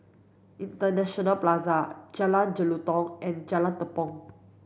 International Plaza Jalan Jelutong and Jalan Tepong